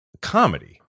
comedy